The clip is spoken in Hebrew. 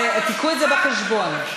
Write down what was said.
חבר הכנסת יואל חסון.